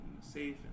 safe